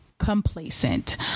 Complacent